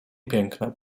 piękne